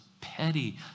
petty